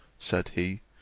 said he,